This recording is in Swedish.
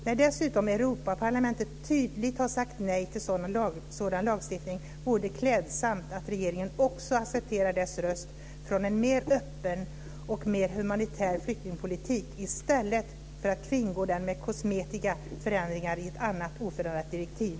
När dessutom Europaparlamentet tydligt har sagt nej till sådan lagstiftning vore det klädsamt om regeringen accepterade denna röst till förmån för en mer öppen och humanitär flyktingpolitik i stället för att kringgå den med kosmetiska förändringar i ett annat, oförändrat direktiv.